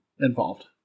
involved